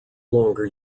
longer